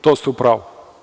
To ste u pravu.